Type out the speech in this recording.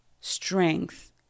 strength